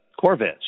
Corvettes